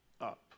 up